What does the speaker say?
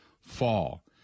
fall